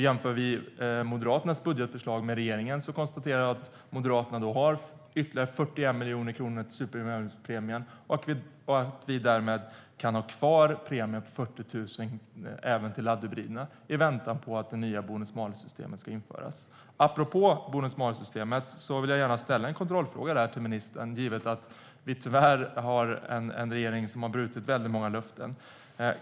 Jämför vi Moderaternas budgetförslag med regeringens konstaterar jag att Moderaterna har ytterligare 41 miljoner kronor till supermiljöbilspremien och att vi därmed kan ha kvar premien på 40 000 även till laddhybriderna i väntan på att det nya bonus-malus-systemet ska införas. Apropå bonus-malus-systemet vill jag gärna ställa en kontrollfråga till ministern givet att vi tyvärr har en regering som har brutit väldigt många löften.